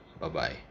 Bye-bye